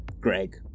Greg